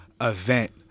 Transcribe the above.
event